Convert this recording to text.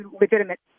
legitimate